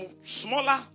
smaller